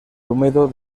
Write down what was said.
húmedo